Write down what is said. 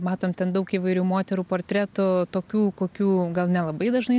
matom ten daug įvairių moterų portretų tokių kokių gal nelabai dažnai